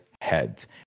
heads